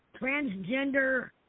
transgender